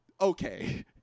okay